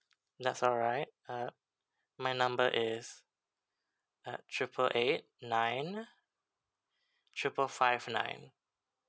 that's alright uh my number is uh triple eight nine triple five nine